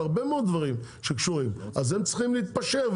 הרבה מאוד דברים שקשורים אז הם צריכים להתפשר,